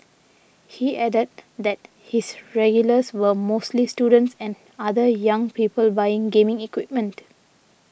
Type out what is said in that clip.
he added that his regulars were mostly students and other young people buying gaming equipment